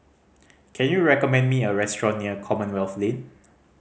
can you recommend me a restaurant near Commonwealth Lane